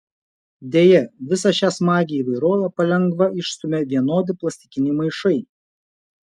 deja visą šią smagią įvairovę palengva išstumia vienodi plastikiniai maišai